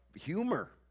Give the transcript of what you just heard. humor